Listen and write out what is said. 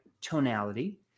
tonality